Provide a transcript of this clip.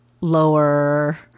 Lower